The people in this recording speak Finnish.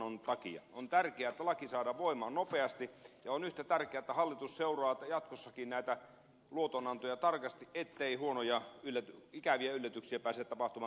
on tärkeää että laki saadaan voimaan nopeasti ja on yhtä tärkeää että hallitus seuraa jatkossakin näitä luotonantoja tarkasti jottei huonoja ikäviä yllätyksiä pääse tapahtumaan tulevaisuudessa